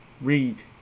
Read